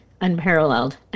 unparalleled